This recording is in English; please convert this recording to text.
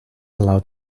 allow